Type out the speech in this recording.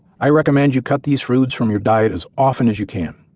i recommend you cut these foods from your diet as often as you can,